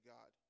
God